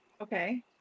Okay